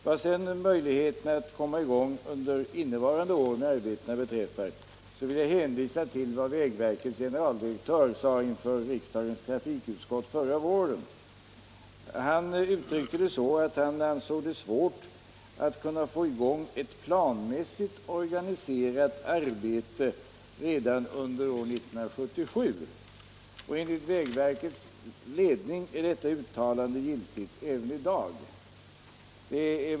Vad sedan beträffar möjligheterna att kommma i gång under innevarande år med arbetena vill jag hänvisa till vad vägverkets generaldirektör sade inför riksdagens trafikutskott förra våren. Han uttryckte det så att han ansåg det svårt att få i gång ett planmässigt organiserat arbete redan under år 1977. Enligt vägverkets ledning är detta uttalande giltigt även i dag.